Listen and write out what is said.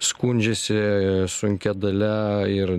skundžiasi sunkia dalia ir